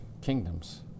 kingdoms